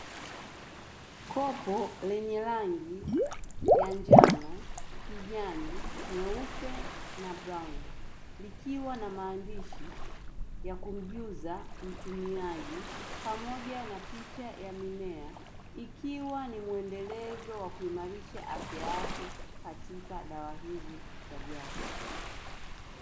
Kopo lenye rangi ya njano, kijani, nyeupe na brauni likiwa na maandishi ya kumjuza mtumiaji pamoja na picha ya mimea, ikiwa ni muendelezo wa kuimarisha afya yake katika dawa hii ya jadi.